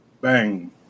Bang